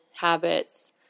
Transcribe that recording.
habits